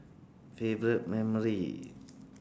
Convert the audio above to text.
favourite memory